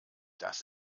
das